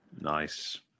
Nice